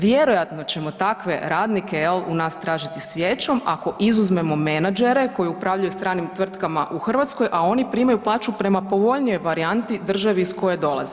Vjerojatno ćemo takve radnike u nas tražiti svijećom ako izuzmemo menadžere koji upravljaju stranim tvrtkama u Hrvatskoj, a oni primaju plaću prema povoljnijoj varijanti državi iz koje dolaze.